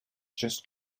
just